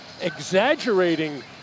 exaggerating